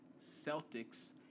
Celtics